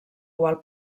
qual